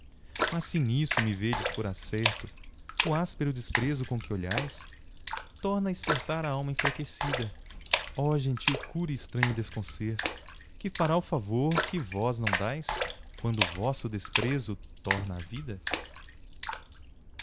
mas se nisto me vedes por acerto o áspero desprezo com que olhais torna a espertar a alma enfraquecida ó gentil cura e estranho desconcerto que fará o favor que vós não dais quando o vosso desprezo torna a vida